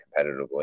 competitively